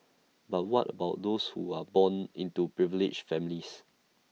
but what about those who are born into privileged families